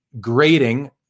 Grading